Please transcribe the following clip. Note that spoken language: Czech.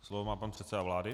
Slovo má pan předseda vlády.